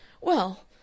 Well